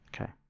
Okay